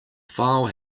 file